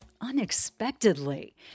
unexpectedly